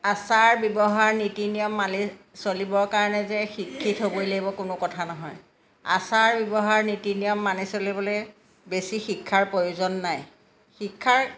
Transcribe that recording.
আচাৰ ব্যৱহাৰ নীতি নিয়ম মানি চলিবৰ কাৰণে যে শিক্ষিত হ'বই লাগিব কোনো কথা নহয় আচাৰ ব্যৱহাৰ নীতি নিয়ম মানি চলিবলৈ বেছি শিক্ষাৰ প্ৰয়োজন নাই শিক্ষাৰ